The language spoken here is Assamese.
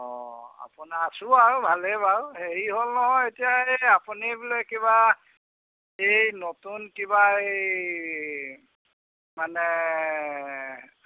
অঁ আপোনাৰ আছো আৰু ভালে বাৰু হেৰি হ'ল নহয় এতিয়া এই আপুনি বোলে কিবা এই নতুন কিবা এই মানে